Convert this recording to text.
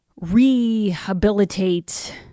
rehabilitate